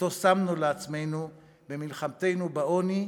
ששמנו לעצמנו במלחמתנו בעוני,